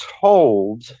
told